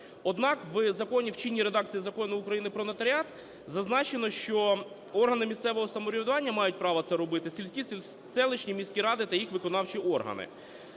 законі, в чинній редакції Закону України "Про нотаріат", зазначено, що органи місцевого самоврядування мають право це робити, сільські, селищні, міські ради та їх виконавчі органи.